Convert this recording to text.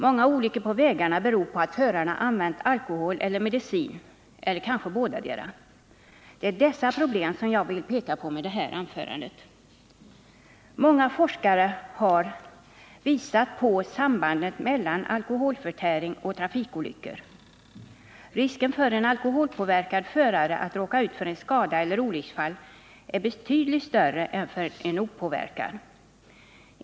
Många olyckor på vägarna beror på att förarna använt alkohol eller medicin eller kanske bådadera. Det är dessa problem som jag vill tala om i detta anförande. Många forskare har visat på sambandet mellan alkoholförtäring och trafikolyckor — risken för en alkoholpåverkad förare att råka ut för skada eller olycksfall är betydligt större än för en opåverkad.